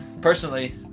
personally